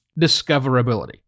discoverability